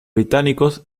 británicos